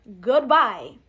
goodbye